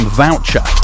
voucher